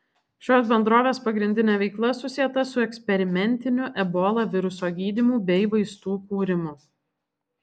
šios bendrovės pagrindinė veikla susieta su eksperimentiniu ebola viruso gydymu bei vaistų kūrimu